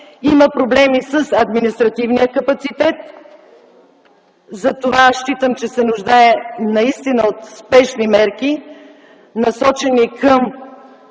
Има проблеми с административния капацитет. Затова считам, че се нуждаем от спешни мерки, насочени към